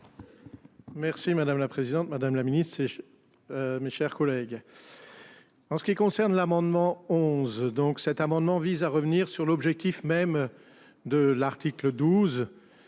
Merci madame la présidente Madame la Ministre. Mes chers collègues. En ce qui concerne l'amendement 11 donc cet amendement vise à revenir sur l'objectif même. De l'article 12.